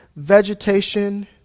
Vegetation